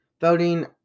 voting